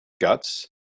guts